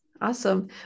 awesome